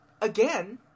again